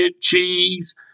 cheese